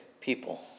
people